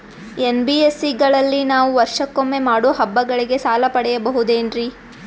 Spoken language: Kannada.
ಎನ್.ಬಿ.ಎಸ್.ಸಿ ಗಳಲ್ಲಿ ನಾವು ವರ್ಷಕೊಮ್ಮೆ ಮಾಡೋ ಹಬ್ಬಗಳಿಗೆ ಸಾಲ ಪಡೆಯಬಹುದೇನ್ರಿ?